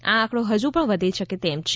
આ આંકડો હજી પણ વધી શકે તેમ છે